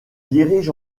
dirige